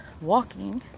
walking